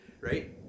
right